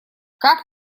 как